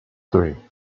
three